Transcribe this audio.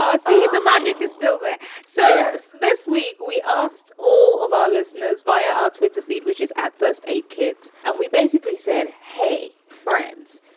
see. the magic is still there so, yes, this week we asked all of our listeners via our twitter feed, which is atfirst eight kids, and we basically said, hey, friends,